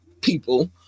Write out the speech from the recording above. people